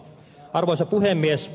arvoisa puhemies